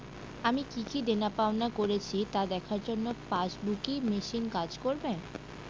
আমি কি কি দেনাপাওনা করেছি তা দেখার জন্য পাসবুক ই মেশিন কাজ করবে?